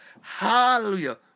Hallelujah